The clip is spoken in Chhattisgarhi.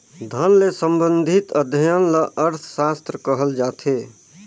धन ले संबंधित अध्ययन ल अर्थसास्त्र कहल जाथे